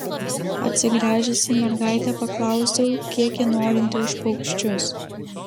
atsigręžęs į mergaitę paklausiau kiek ji norinti už paukščius